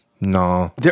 No